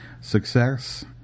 Success